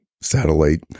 satellite